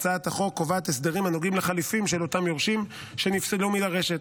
הצעת החוק קובעת הסדרים הנוגעים לחליפים של אותם יורשים שנפסלו מלרשת,